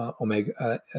omega